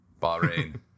Bahrain